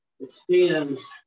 extends